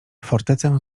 fortecę